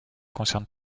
concerne